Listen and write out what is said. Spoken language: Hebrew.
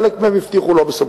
חלק מהם הבטיחו לא בסמכות.